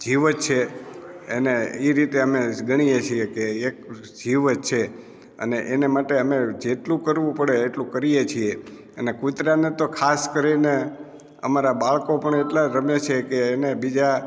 જીવ જ છે એને એ રીતે અમે ગણીએ છીએ કે એક જીવ જ છે અને એના માટે અમે જેટલું કરવું પડે એટલું કરીએ છીએ અને કુતરાને તો ખાસ કરીને અમારા બાળકો પણ એટલા રમે છે કે એને બીજા